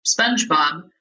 Spongebob